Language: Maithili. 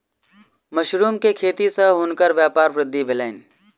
मशरुम के खेती सॅ हुनकर व्यापारक वृद्धि भेलैन